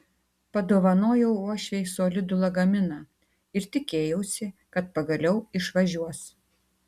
padovanojau uošvei solidų lagaminą ir tikėjausi kad pagaliau išvažiuos